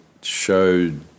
showed